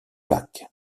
lacs